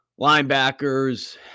linebackers